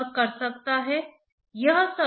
तो तीनों एक साथ मौजूद रहेंगे